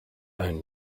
own